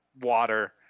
water